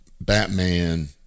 Batman